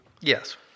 Yes